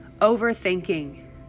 overthinking